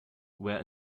were